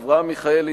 אברהם מיכאלי,